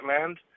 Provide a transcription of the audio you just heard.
Land